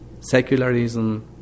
secularism